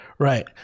Right